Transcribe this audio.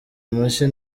amashyi